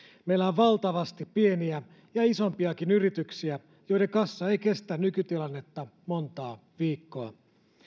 meillä on valtavasti pieniä ja isompiakin yrityksiä joiden kassa ei kestä nykytilannetta montaa viikkoa